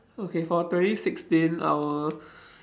okay for twenty sixteen I will